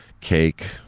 cake